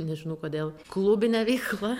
nežinau kodėl klubine veikla